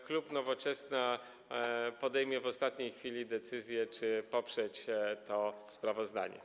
Klub Nowoczesna podejmie w ostatniej chwili decyzję, czy poprzeć to sprawozdanie.